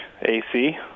AC